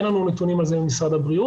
אין לנו נתונים על זה ממשרד הבריאות,